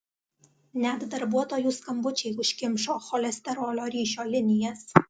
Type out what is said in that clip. net darbuotojų skambučiai užkimšo cholesterolio ryšio linijas